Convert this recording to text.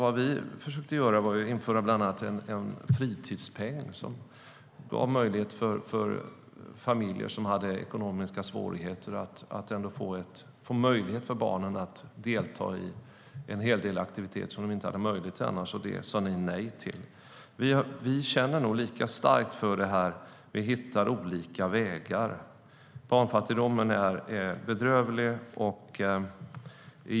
Vad vi försökte göra var bland annat att införa en fritidspeng som gav barn i familjer med ekonomiska svårigheter möjlighet att delta i en hel del aktiviteter som de annars inte skulle kunna delta i. Det sa ni nej till. Vi känner nog lika starkt för det här, men vi hittar olika vägar. Barnfattigdomen är bedrövlig.